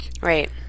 right